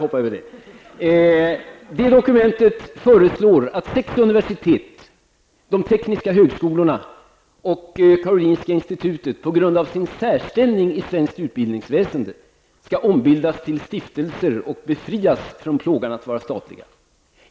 I det dokumentet föreslås att sex universitet, de tekniska högskolorna och karolinska institutet på grund av sin särställning i det svenska utbildningsväsendet skall göras om till stiftelsee och befrias från plågan att vara statliga.